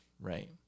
Right